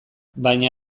baina